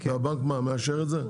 והבנק, מה, מאשר את זה?